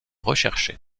recherchés